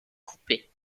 coupés